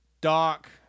Doc